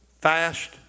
fast